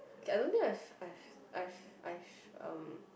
okay I don't think I have I have I have I haeve um